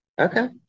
Okay